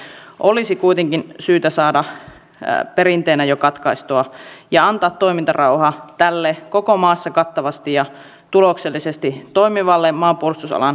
mutta ihan turha syyttää että sipilän hallitus olisi nyt jotenkin erityisesti siirtynyt avoimuudesta johonkin muuhun malliin koska kyllä tämä lainvalmistelun taso on ollut aina suurin piirtein samanlaista